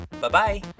Bye-bye